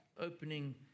opening